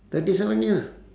thirty seven years